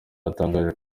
yatangaje